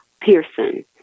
Pearson